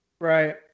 Right